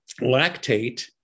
lactate